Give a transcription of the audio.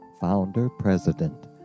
founder-president